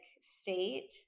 state